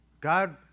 God